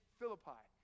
Philippi